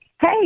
Hey